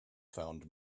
found